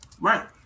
Right